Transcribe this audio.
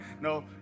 No